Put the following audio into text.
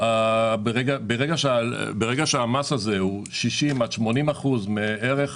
ברגע שהמס הזה הוא 60% עד 80% מערך